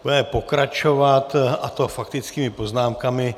Budeme pokračovat, a to faktickými poznámkami.